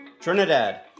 Trinidad